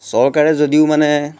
চৰকাৰে যদিও মানে